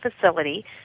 facility